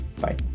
bye